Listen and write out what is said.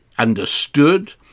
Understood